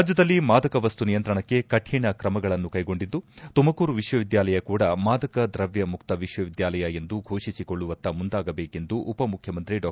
ರಾಜ್ಯದಲ್ಲಿ ಮಾದಕ ವಸ್ತು ನಿಯಂತ್ರಣಕ್ಕೆ ಕಠಿಣ ಕ್ರಮಗಳನ್ನು ಕೈಗೊಂಡಿದ್ದು ತುಮಕೂರು ವಿಶ್ವವಿದ್ಯಾಲಯ ಕೂಡ ಮಾದಕ ದ್ರವ್ಯ ಮುಕ್ತ ವಿಶ್ವವಿದ್ಯಾಲಯ ಎಂದು ಫೋಷಿಸಿಕೊಳ್ಳುವತ್ತ ಮುಂದಾಗಬೇಕೆಂದು ಉಪಮುಖ್ಯಮಂತ್ರಿ ಡಾ